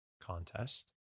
contest